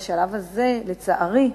בשלב הזה, לצערי,